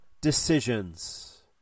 decisions